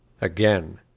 Again